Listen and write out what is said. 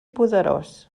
poderós